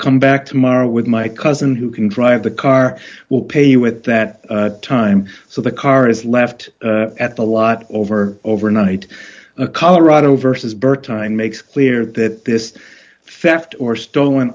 come back tomorrow with my cousin who can drive the car will pay you at that time so the car is left at the lot over overnight a colorado versus burke time makes clear that this fact or stolen